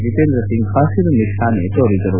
ಜಿತೇಂದ್ರ ಸಿಂಗ್ ಪಸಿರು ನಿಶಾನೆ ತೋರಿದರು